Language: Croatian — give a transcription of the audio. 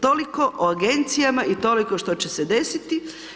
Toliko o agencijama i toliko što će se desiti.